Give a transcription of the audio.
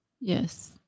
Yes